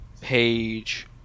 page